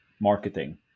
marketing